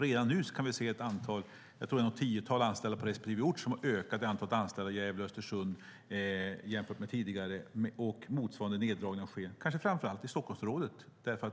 Redan nu tror jag att antalet anställda på respektive ort har ökat med ett tiotal. Motsvarande neddragningar sker kanske framför allt i Stockholmsområdet;